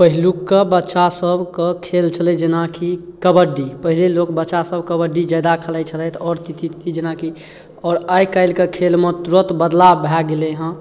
पहिलुका बच्चासबके खेल छलै जेनाकि कबड्डी पहिले लोक बच्चासब कबड्डी ज्यादा लाइत छलथि आओर किछु किछु जेनाकि आओर आइकाल्हिके खेलमे तुरन्त बदलाव भऽ गेल हँ